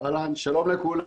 שלום לכולם.